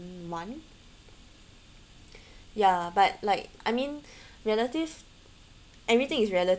one ya but like I mean relative everything is